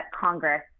Congress